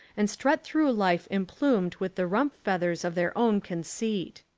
and strut through life emplumed with the rump-feathers of their own conceit.